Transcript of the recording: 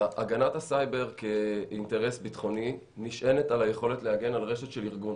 הגנת הסייבר כאינטרס ביטחוני נשענת על היכולת להגן על רשת של ארגון